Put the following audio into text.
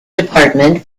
department